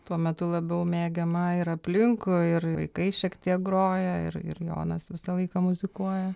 tuo metu labiau mėgiama ir aplinkui ir vaikai šiek tiek groja ir ir jonas visą laiką muzikuoja